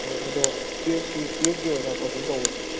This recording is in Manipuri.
ꯑꯣ ꯑꯗꯣ ꯇ꯭ꯋꯦꯜꯐꯀꯤ ꯇ꯭ꯋꯦꯜꯐꯀꯤ ꯑꯣꯏꯅ ꯀꯣꯆꯤꯡ ꯇꯧꯕꯗꯤ